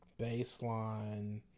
baseline